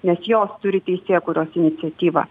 nes jos turi teisėkūros iniciatyvą